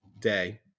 Day